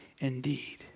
indeed